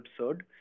absurd